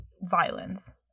violence